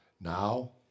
now